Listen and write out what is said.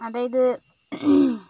അതായത്